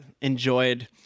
enjoyed